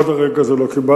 עד לרגע זה לא קיבלתי.